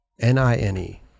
n-i-n-e